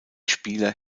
spieler